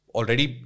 already